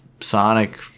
Sonic